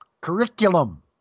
curriculum